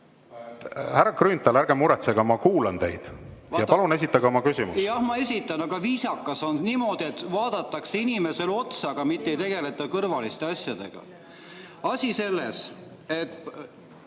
Härra Grünthal, ärge muretsege! Ma kuulan teid. Palun esitage oma küsimus. Jah, ma esitan. Aga viisakas on niimoodi, et vaadatakse inimesele otsa, mitte ei tegeleta kõrvaliste asjadega. Asi selles, et